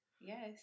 Yes